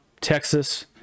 texas